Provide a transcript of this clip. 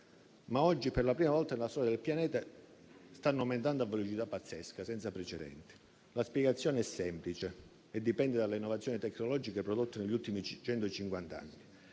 oggi, per la prima volta nella storia del pianeta, stanno aumentando a velocità pazzesca, senza precedenti. La spiegazione è semplice e dipende dalle innovazioni tecnologiche prodotte negli ultimi